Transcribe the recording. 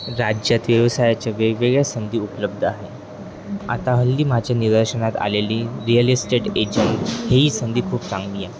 राज्यात व्यवसायाच्या वेगवेगळ्या संधी उपलब्ध आहे आता हल्ली माझ्या निदर्शनात आलेली रिअल इस्टेट एजंट हीही संधी खूप चांगली आहे